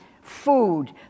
food